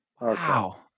Wow